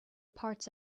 parts